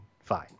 Fine